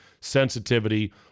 sensitivity